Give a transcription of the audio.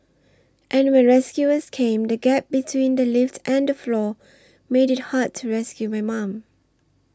and when rescuers came the gap between the lift and the floor made it hard to rescue my mum